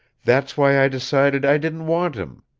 that's why i decided i didn't want him.